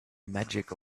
magic